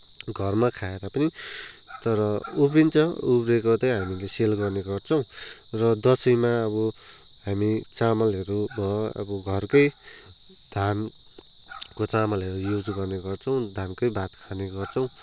घरमा खाएर पनि तर उब्रिन्छ उब्रिएको चाहिँ हामीले सेल गर्ने गर्छौँ र दसैँमा अब हामी चामलहरू भयो अब घरकै धानको चामलहरू युज गर्ने गर्छौँ धानकै भात खाने गर्छौँ